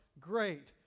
great